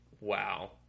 wow